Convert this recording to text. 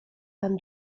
pan